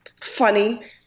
funny